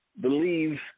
believe